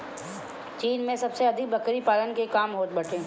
चीन में सबसे अधिक बकरी पालन के काम होत बाटे